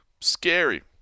Scary